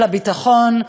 במערכת הביטחון,